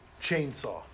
chainsaw